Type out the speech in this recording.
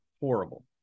Horrible